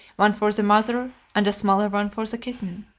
one for the mother, and a smaller one for the kitten?